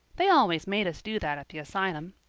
they always made us do that at the asylum.